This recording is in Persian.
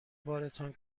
بارتان